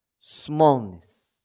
smallness